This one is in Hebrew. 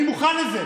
אני מוכן לזה.